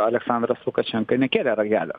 aleksandras lukašenka nekėlė ragelio